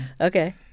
Okay